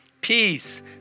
peace